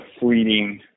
fleeting